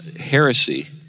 heresy